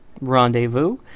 rendezvous